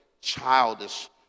childish